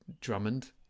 Drummond